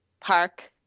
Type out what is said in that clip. park